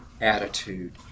attitude